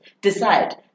decide